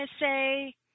say